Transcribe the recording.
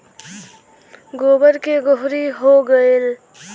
गोबर के गोहरी हो गएल